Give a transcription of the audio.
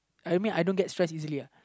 I mean I don't get stress easily uh